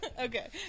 Okay